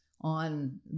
on